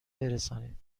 برسانید